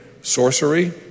sorcery